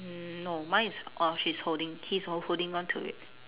mm no mine is orh she's holding he's ho~ holding on to it